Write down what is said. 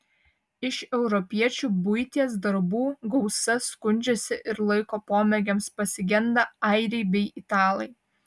iš europiečių buities darbų gausa skundžiasi ir laiko pomėgiams pasigenda airiai bei italai